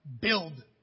Build